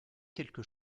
quelque